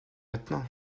maintenant